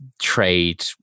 trade